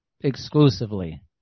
exclusively